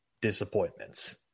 disappointments